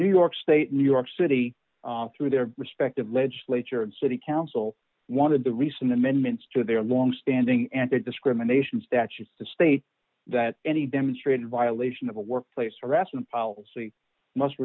new york state new york city through their respective legislature and city council wanted the recent amendments to their longstanding anti discrimination statute to state that any demonstrated violation of a workplace harassment policy must